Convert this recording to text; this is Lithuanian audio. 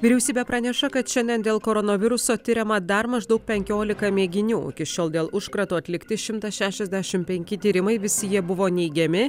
vyriausybė praneša kad šiandien dėl koronaviruso tiriama dar maždaug penkiolika mėginių iki šiol dėl užkrato atlikti šimtas šešiasdešim penki tyrimai visi jie buvo neigiami